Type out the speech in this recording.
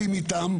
ומה עושים איתם?